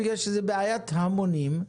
בגלל שזה בעיית המונים,